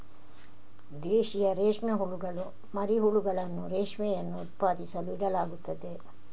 ದೇಶೀಯ ರೇಷ್ಮೆ ಹುಳುಗಳ ಮರಿ ಹುಳುಗಳನ್ನು ರೇಷ್ಮೆಯನ್ನು ಉತ್ಪಾದಿಸಲು ಇಡಲಾಗುತ್ತದೆ